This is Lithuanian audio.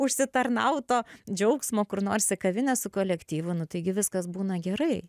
užsitarnauto džiaugsmo kur nors į kavinę su kolektyvu nu taigi viskas būna gerai